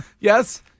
Yes